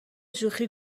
شوخی